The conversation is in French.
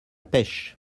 pêche